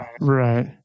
Right